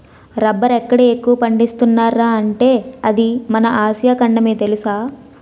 రబ్బరెక్కడ ఎక్కువ పండిస్తున్నార్రా అంటే అది మన ఆసియా ఖండమే తెలుసా?